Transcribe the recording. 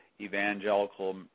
evangelical